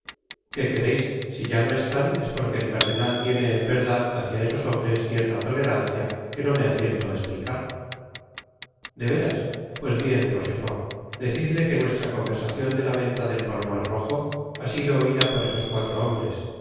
qué quereis si ya no están es porque el cardenal tiene en verdad hácia esos hombres cierta tolerancia que no me acierto á esplicar de veras pues bien rochefort decidle que nuestra conversacion de la venta del palomar rojo ha sido oida por esos cuatro hombres